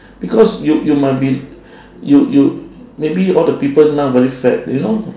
because you you might be you you maybe all the people now very fat you know